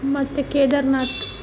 ಮತ್ತು ಕೇದಾರ್ನಾಥ